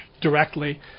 directly